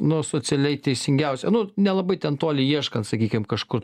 nu socialiai teisingiausia nu nelabai ten toli ieškant sakykim kažkur